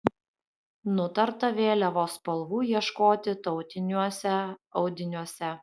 nutarta vėliavos spalvų ieškoti tautiniuose audiniuose